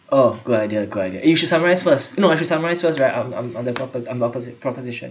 oh good idea good idea you should summarize first no you should summarize first right I'm I'm I'm the propo~ I'm opposite proposition